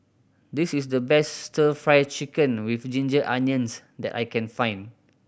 this is the best Stir Fry Chicken with ginger onions that I can find